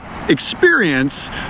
experience